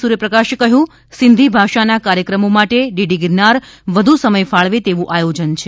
સૂર્યપ્રકાશે કહ્યું સિંધી ભાષાના કાર્યક્રમો માટે ડીડી ગિરનાર વધુ સમય ફાળવે તેવું આયોજન છે